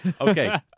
Okay